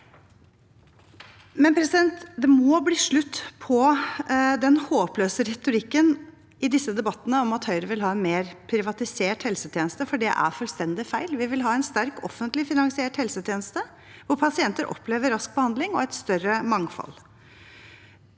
Det må bli slutt på den håpløse retorikken i disse debattene om at Høyre vil ha en mer privatisert helsetjeneste, for det er fullstendig feil. Vi vil ha en sterk offentlig finansiert helsetjeneste, hvor pasienter opplever rask behandling og et større mangfold.